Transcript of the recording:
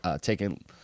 taking